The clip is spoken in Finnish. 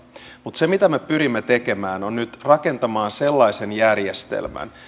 mutta se mitä me pyrimme nyt tekemään on sellaisen järjestelmän rakentaminen